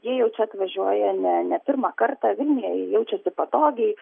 jie jau čia atvažiuoja ne ne pirmą kartą vilniuje jie jaučiasi patogiai